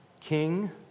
King